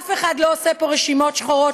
אף אחד לא עושה פה רשימות שחורות,